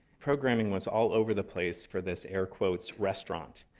programming was all over the place for this air quotes restaurant.